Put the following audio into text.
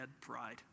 pride